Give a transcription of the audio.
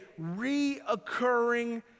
reoccurring